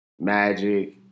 Magic